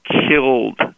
killed